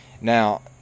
Now